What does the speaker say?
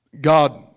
God